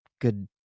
good